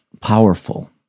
powerful